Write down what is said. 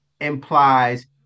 implies